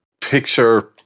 picture